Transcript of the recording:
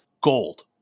gold